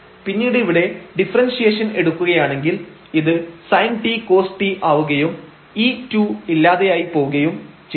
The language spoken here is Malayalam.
പിന്നീട് ഇവിടെ ഡിഫറൻഷിയേഷൻ എടുക്കുകയാണെങ്കിൽ ഇത് sin t cos t ആവുകയും ഈ 2 ഇല്ലാതായി പോവുകയും ചെയ്യും